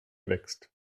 wächst